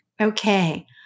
Okay